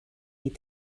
eat